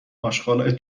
آشغالای